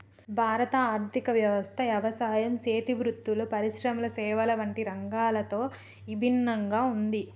భారత ఆర్థిక వ్యవస్థ యవసాయం సేతి వృత్తులు, పరిశ్రమల సేవల వంటి రంగాలతో ఇభిన్నంగా ఉంది